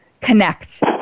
connect